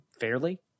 fairly